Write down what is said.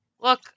look